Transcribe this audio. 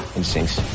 instincts